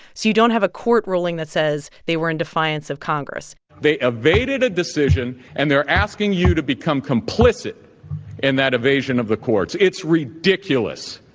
so you don't have a court ruling that says they were in defiance of congress they evaded a decision, and they're asking you to become complicit in that evasion of the courts. it's ridiculous,